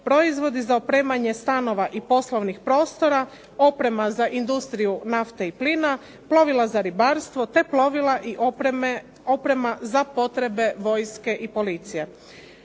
proizvodi za opremanje stanova i poslovnih prostora, oprema za industriju nafte i plina, plovilo za ribarstvo te plovila i oprema za potrebe vojske i policije.